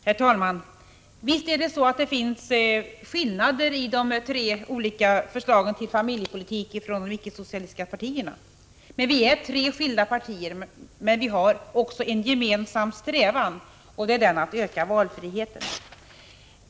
Herr talman! Visst finns det skillnader i de tre olika förslagen till familjepolitik från de icke-socialistiska partierna. Vi är tre skilda partier, men vi har också en gemensam strävan och det är att öka valfriheten.